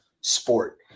sport